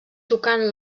tocant